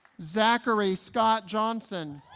zackary scott johnson